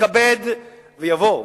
שיתכבד ויבוא.